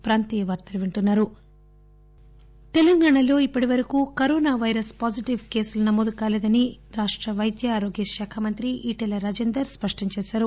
virus తెలంగాణలో ఇప్పటివరకు corona virus positive case నమోదు కాలేదని రాష్ట పైద్య ఆరోగ్య శాఖ మంత్రి ఈటల రాజేందర్ స్పష్టంచేశారు